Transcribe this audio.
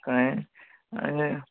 कळ्ळें आनी